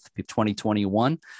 2021